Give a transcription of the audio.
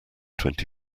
twenty